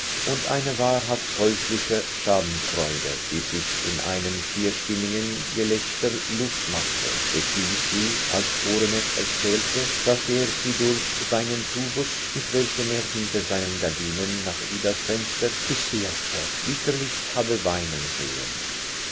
und eine wahrhaft teuflische schadenfreude die sich in einem vierstimmigen gelächter luft machte befiel sie als sporeneck erzählte daß er sie durch seinen tubus mit welchem er hinter seinen gardinen nach idas fenster visierte bitterlich habe weinen sehen